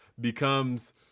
becomes